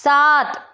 सात